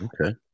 Okay